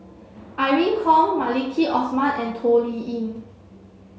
Irene Khong Maliki Osman and Toh Liying